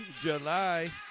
July